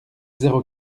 zéro